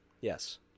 Yes